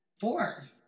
Four